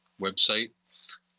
website